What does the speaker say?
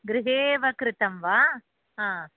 गृहे एव कृतं वा हा